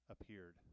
Appeared